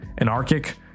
anarchic